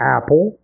Apple